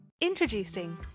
introducing